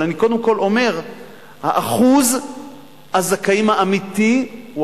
אבל אני קודם כול אומר שאחוז הזכאים האמיתי הוא